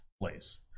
place